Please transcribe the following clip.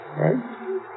right